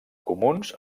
comuns